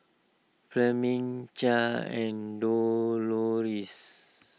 Fleming Chaz and Dolores